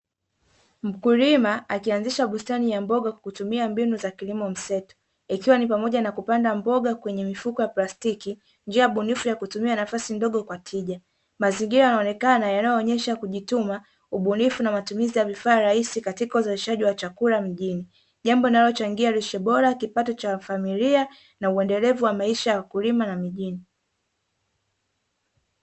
Mkulima akianzisha bustani ya mboga kwa kutumia mbinu za kilimo mseto, ikiwa ni pamoja na kupanda mboga kwenye mifuko ya plastiki, njia bunifu ya kutumia nafasi ndogo kwa tija mazingira yanaonekana yanayoonyesha kujituma ubunifu na matumizi ya vifaa rahisi katika uzalishaji wa chakula mjini, jambo linalochangia lishe bora kipato cha familia na uendelevu wa maisha ya wakulima na mijini.